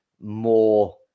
more